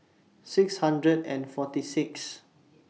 six hundred and forty six